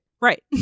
Right